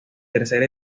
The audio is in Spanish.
tercer